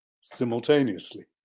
simultaneously